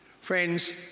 Friends